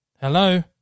Hello